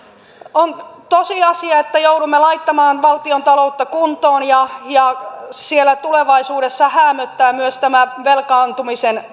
on tosiasia että joudumme laittamaan valtiontaloutta kuntoon ja ja siellä tulevaisuudessa häämöttää myös tämä velkaantumisen